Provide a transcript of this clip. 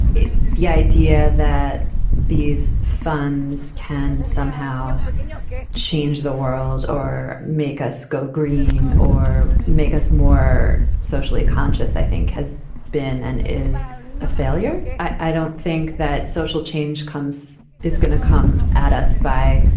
the idea that these funds can somehow change the world or make us. go green or make us more socially conscious. i think has been and is a failure. i don't think that social change comes is going to come at us by,